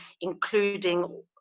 including